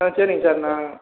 ஆ சரிங்க சார் நான்